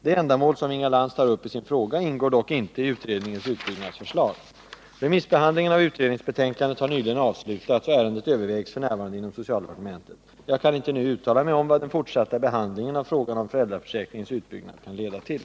Det ändamål som Inga Lantz tar upp i sin fråga ingår dock inte i utredningens utbyggnadsförslag. 59 Tisdagen den ärendet övervägs f. n. inom socialdepartementet. Jag kan inte nu uttala mig 5 december 1978 OM vad den fortsatta behandlingen av frågan om föräldraförsäkringens utbyggnad kan leda till.